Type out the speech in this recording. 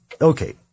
okay